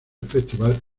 festival